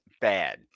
bad